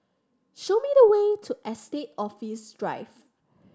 show me the way to Estate Office Drive